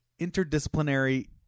Interdisciplinary